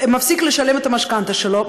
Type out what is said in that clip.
מפסיק לשלם את המשכנתה שלו,